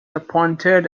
appointed